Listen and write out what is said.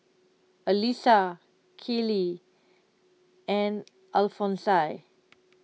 Elisa Keely and Alphonsine